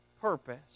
purpose